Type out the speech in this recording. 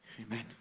Amen